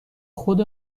خود